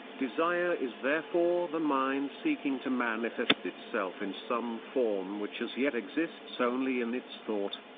desire is therefore the mind seeking to manifest itself in some form which as yet exists only in its thought.